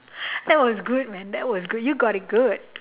that was good man that was good you got it good